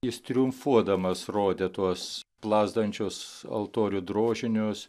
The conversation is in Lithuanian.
jis triumfuodamas rodė tuos plazdančius altorių drožinius